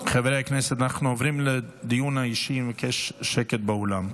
מבקש שקט באולם.